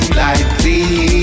lightly